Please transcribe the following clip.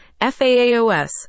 FAAOS